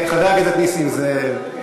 חבר הכנסת נסים זאב,